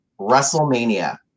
WrestleMania